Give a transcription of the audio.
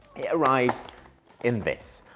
it arrived in this.